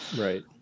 Right